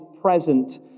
present